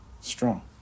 Strong